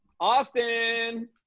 Austin